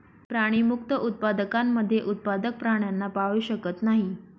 प्राणीमुक्त उत्पादकांमध्ये उत्पादक प्राण्यांना पाळू शकत नाही